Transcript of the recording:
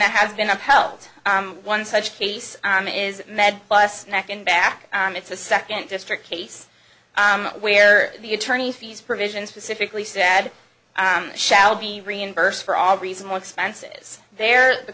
that has been upheld one such case arm is med plus neck and back it's a second district case where the attorney fees provision specifically said shall be reimbursed for all reasonable expenses there the